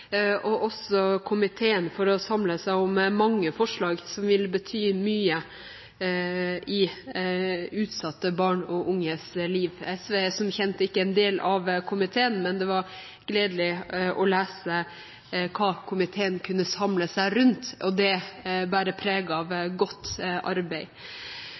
og også komiteen for å samle seg om mange forslag som vil bety mye i utsatte barn og unges liv. SV er som kjent ikke en del av komiteen, men det var gledelig å lese hva komiteen kunne samle seg rundt, og det bærer preg av godt arbeid.